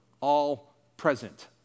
all-present